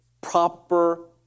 proper